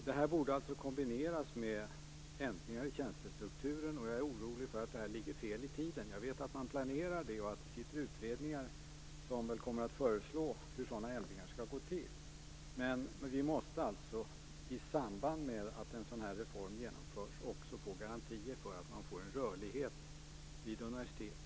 Det här borde alltså kombineras med ändringar i tjänstestrukturen. Jag är orolig för att det här ligger fel i tiden. Jag vet att man planerar det och att det sitter utredningar som väl kommer att föreslå hur sådana ändringar skall gå till. Vi måste alltså i samband med att en sådan här reform genomförs också få garantier för att man får en rörlighet vid universiteten.